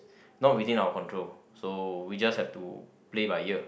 not within our control so we just have to play by ear